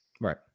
right